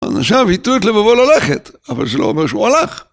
אנשיו היטו את לבבו ללכת, ‫אבל זה לא אומר שהוא הלך.